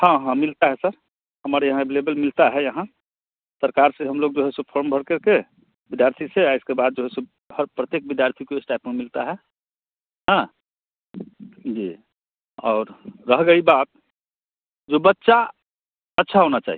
हाँ हाँ मिलता है सर हमारे यहाँ अवेलेबल मिलता है यहाँ सरकार से हम लोग जो है सब फाॅर्म भरकर के विद्यार्थी से इसके बाद जो है सब हर प्रत्येक विद्यार्थी को इस्टेपो मिलता है हाँ जी और रह गई बात जो बच्चा अच्छा होना चाहिए